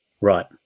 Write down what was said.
Right